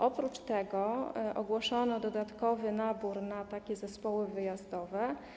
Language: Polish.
Oprócz tego ogłoszono dodatkowy nabór na zespoły wyjazdowe.